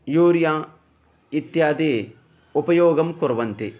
urea इत्यादि उपयोगं कुर्वन्ति